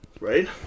Right